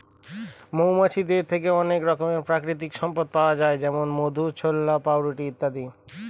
মৌমাছিদের থেকে অনেক রকমের প্রাকৃতিক সম্পদ পাওয়া যায় যেমন মধু, ছাল্লা, পাউরুটি ইত্যাদি